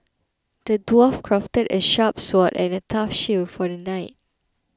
the dwarf crafted a sharp sword and a tough shield for the knight